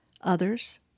Others